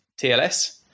TLS